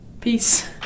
Peace